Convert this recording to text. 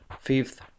Fifth